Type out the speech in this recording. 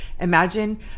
imagine